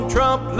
Trump